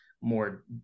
more